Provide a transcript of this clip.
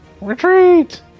retreat